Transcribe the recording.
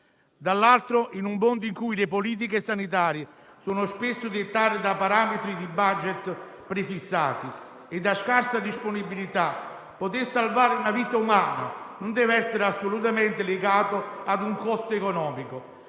dall'altro, in un mondo in cui le politiche sanitarie sono spesso dettate da parametri di *budget* prefissati e da scarsa disponibilità, poter salvare una vita umana non deve essere assolutamente legato a un costo economico,